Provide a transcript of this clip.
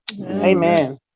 Amen